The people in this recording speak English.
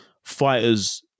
fighters